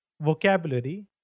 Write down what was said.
vocabulary